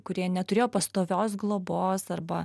kurie neturėjo pastovios globos arba